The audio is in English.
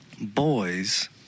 boys